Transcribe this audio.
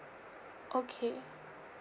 okay